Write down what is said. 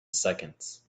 seconds